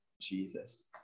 Jesus